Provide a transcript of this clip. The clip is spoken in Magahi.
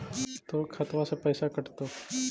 तोर खतबा से पैसा कटतो?